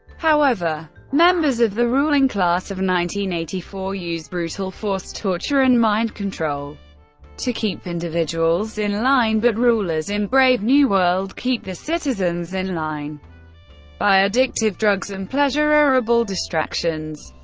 however, members of the ruling class of nineteen eighty-four use brutal force, torture and mind control to keep individuals in line, but rulers in brave new world keep the citizens in line by addictive drugs and pleasurable distractions.